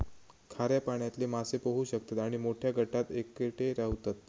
खाऱ्या पाण्यातले मासे पोहू शकतत आणि मोठ्या गटात एकटे रव्हतत